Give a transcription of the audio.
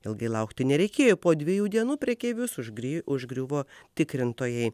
ilgai laukti nereikėjo po dviejų dienų prekeivius užgriu užgriuvo tikrintojai